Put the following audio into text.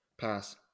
pass